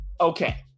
okay